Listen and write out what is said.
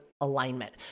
alignment